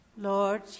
Lord